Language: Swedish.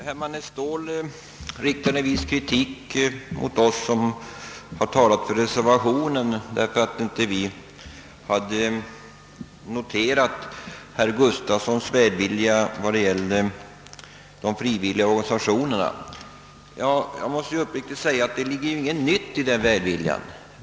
Herr talman! Herr Ståhl riktade viss kritik mot oss som har talat för reservationerna därför att vi inte hade noterat herr Gustafssons i Uddevalla välvilja vad gällde de frivilliga organisationerna. Jag måste uppriktigt säga att det ligger ingenting nytt i den välviljan.